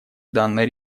данной